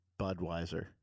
Budweiser